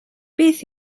beth